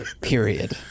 Period